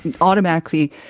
automatically